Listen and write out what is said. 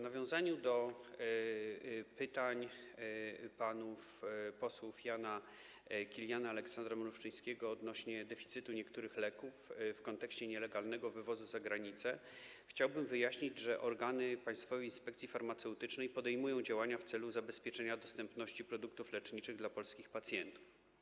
Nawiązując do pytań panów posłów Jana Kiliana i Aleksandra Mrówczyńskiego w sprawie deficytu niektórych leków w kontekście nielegalnego wywozu za granicę, chciałbym wyjaśnić, że organy Państwowej Inspekcji Farmaceutycznej podejmują działania w celu zabezpieczenia dostępności produktów leczniczych dla polskich pacjentów.